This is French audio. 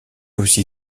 aussi